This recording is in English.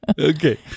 Okay